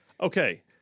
Okay